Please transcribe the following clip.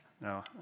No